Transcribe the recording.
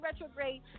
retrograde